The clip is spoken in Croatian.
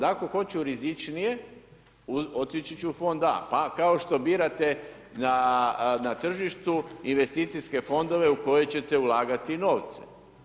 Ako hoću rizičnije, otići ću u fond A, pa kao što birate na tržištu investicijske fondove u koje ćete ulagati novce.